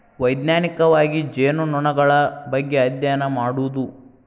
ವೈಜ್ಞಾನಿಕವಾಗಿ ಜೇನುನೊಣಗಳ ಬಗ್ಗೆ ಅದ್ಯಯನ ಮಾಡುದು